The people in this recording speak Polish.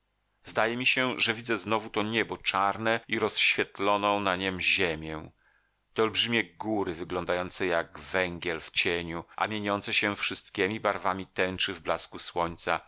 zdaje mi się że widzę znów to niebo czarne i rozświetloną na niem ziemię te olbrzymie góry wyglądające jak węgiel w cieniu a mieniące się wszystkiemi barwami tęczy w blasku słońca